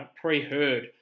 pre-heard